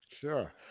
Sure